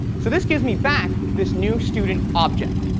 so this gives me back this new student object,